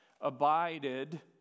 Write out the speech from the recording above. abided